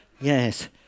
Yes